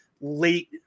late